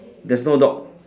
there's no dog